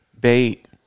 bait